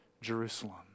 Jerusalem